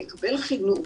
לקבל חינוך,